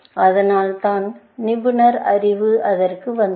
அதனால்தான் நிபுணர் அறிவு அதற்கு வந்தது